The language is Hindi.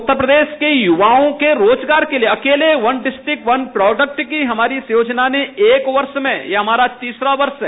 उत्तर प्रदेश के गुवाओं के रोजगार के लिए अकेले वन बिस्ट्रिक्ट वन प्रोडक्ट की हमारी इस योजना ने एक वर्ष में यह हमारा तीसरा वर्ष है